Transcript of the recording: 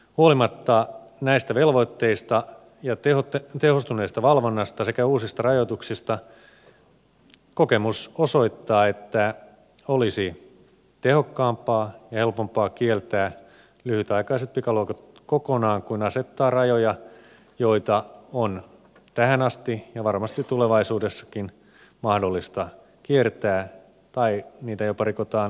huolimatta näistä velvoitteista ja tehostuneesta valvonnasta sekä uusista rajoituksista kokemus osoittaa että olisi tehokkaampaa ja helpompaa kieltää lyhytaikaiset pikaluotot kokonaan kuin asettaa rajoja joita on tähän asti ja varmasti tulevaisuudessakin mahdollista kiertää tai niitä jopa rikotaan tietoisesti